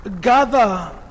gather